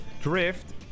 drift